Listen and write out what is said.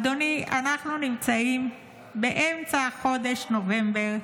אדוני, אנחנו נמצאים באמצע חודש נובמבר,